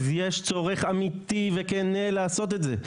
אז יש צורך אמיתי וכנה לעשות את זה.